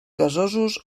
gasosos